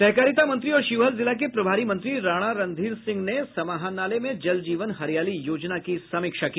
सहकारिता मंत्री और शिवहर जिला के प्रभारी मंत्री राणा रणधीर सिंह ने समाहरणालय में जल जीवन हरियाली योजना की समीक्षा की